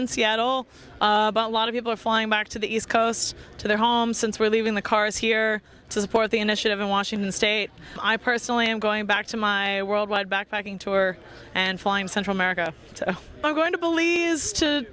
seattle a lot of people are flying back to the east coast to their home since we're leaving the cars here to support the initiative in washington state i personally i'm going back to my worldwide backpacking tour and fly in central america i'm going to believe is to